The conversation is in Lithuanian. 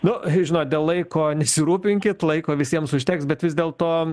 nu žinotdėl laiko nesirūpinkit laiko visiems užteks bet vis dėlto